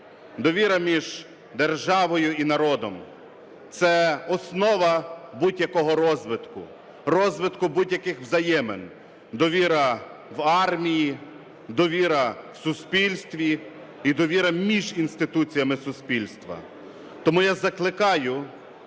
довіра між державою і народом. Це основа будь-якого розвитку, розвитку будь-яких взаємин: довіра в армії, довіра в суспільстві і довіра між інституціями суспільства. Тому я закликаю